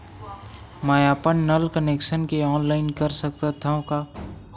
मैं अपन नल कनेक्शन के ऑनलाइन कर सकथव का?